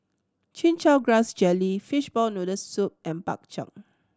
Chin Chow Grass Jelly fishball noodle soup and Bak Chang